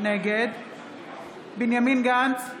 נגד בנימין גנץ,